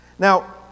Now